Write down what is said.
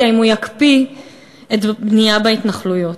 אם הוא יקפיא את הבנייה בהתנחלויות.